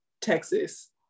Texas